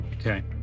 Okay